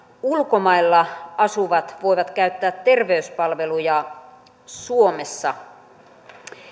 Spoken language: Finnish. ulkomailla asuvat voivat käyttää terveyspalveluja suomessa